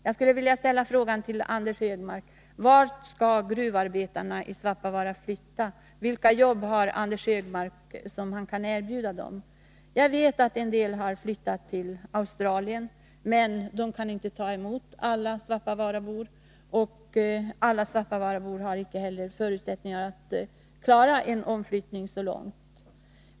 Jag skulle vilja fråga Anders Högmark: Vart skall gruvarbetarna i Svappavaara flytta? Vilka jobb kan Anders Högmark erbjuda dem? Jag vet att en del har flyttat till Australien, men där kan man inte ta emot alla svappavaarabor. Alla har inte heller förutsättningar att klara en omflyttning så långt bort.